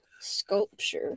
sculpture